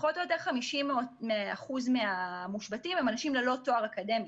פחות או יותר 50% מהמושבתים הם אנשים ללא תואר אקדמי.